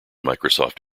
microsoft